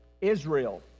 Israel